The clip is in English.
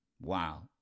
Wow